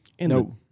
No